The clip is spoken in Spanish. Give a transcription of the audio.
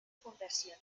conversión